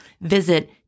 Visit